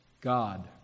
God